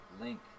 Link